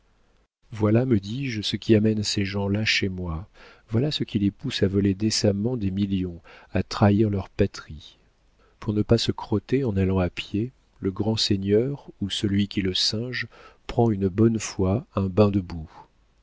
voilà me dis-je ce qui amène ces gens-là chez moi voilà ce qui les pousse à voler décemment des millions à trahir leur patrie pour ne pas se crotter en allant à pied le grand seigneur ou celui qui le singe prend une bonne fois un bain de boue